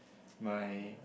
my